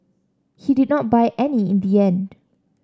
he did not buy any in the end